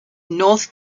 north